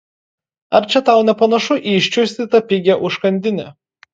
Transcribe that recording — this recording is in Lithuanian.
ar čia tau nepanašu į iščiustytą pigią užkandinę